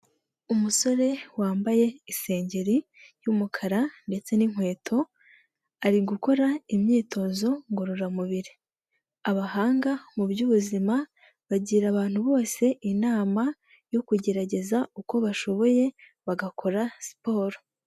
Umusore wambaye isengeri y'umukara ndetse n'inkweto ari gukora imyitozo ngororamubiri abahanga mu byubuzima bagira abantu bose inama yo kugerageza uko bashoboye bagakora siporo.